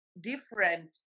different